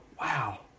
wow